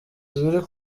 ibiri